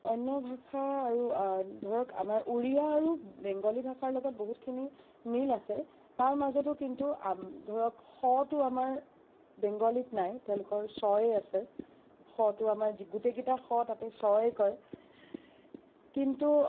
অন্য ভাষা আৰু ধৰক আমাৰ উৰিয়া আৰু বেংগলী ভাষাৰ লগত বহুতখিনি মিল আছে তাৰ মাজতো কিন্তু ধৰক স টো আমাৰ বেংগলীত নাই তেওঁলোকৰ ছ য়ে আছে স টো আমাৰ গোটেইকেইটা স তেওঁলোকে ছ এ কয়